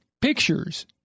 pictures